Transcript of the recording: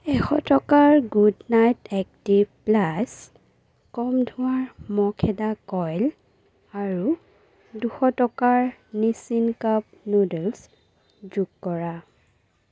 এশ টকাৰ Good Knight Activ plus কম ধোঁৱাৰ মহ খেদা কইল আৰু দুশ টকাৰ নিছিন কাপ নুডলছ যোগ কৰা